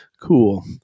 cool